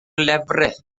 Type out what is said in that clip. lefrith